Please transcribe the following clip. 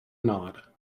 nod